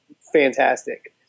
fantastic